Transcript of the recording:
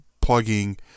plugging